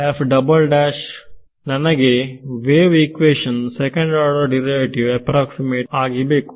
ವಿದ್ಯಾರ್ಥಿ5 ನನಗೆ wavy question second order derivative approximate ಆಗಿ ಬೇಕು